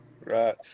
Right